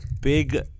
big